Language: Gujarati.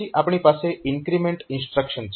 પછી આપણી પાસે ઇન્ક્રીમેન્ટ ઇન્સ્ટ્રક્શન છે